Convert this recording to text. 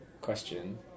question